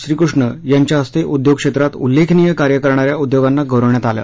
श्रीकृष्ण यांच्या हस्ते उद्योग क्षेत्रात उल्लेखनिय कार्य करणाऱ्या उद्योगांना गौरविण्यात आले